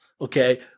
okay